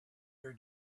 your